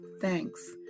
thanks